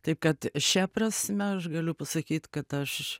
taip kad šia prasme aš galiu pasakyt kad aš